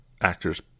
actors